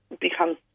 becomes